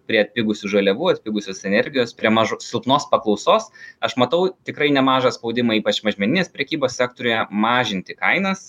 prie atpigusių žaliavų atpigusios energijos prie mažo silpnos paklausos aš matau tikrai nemažą spaudimą ypač mažmeninės prekybos sektoriuje mažinti kainas